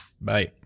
Bye